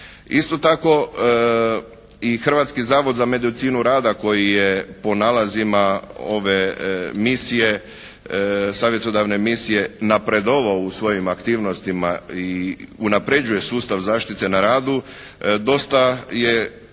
Isto tako i Hrvatski zavod za medicinu rada koji je po nalazima ove misije, savjetodavne misije napredovao u svojim aktivnostima i unapređuje sustav zaštite na radu dosta je